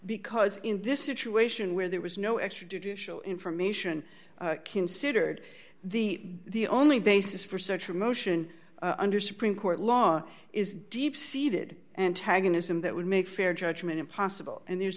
because in this situation where there was no extradition information considered the the only basis for such a motion under supreme court law is deep seated antagonism that would make fair judgment impossible and there's